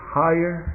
higher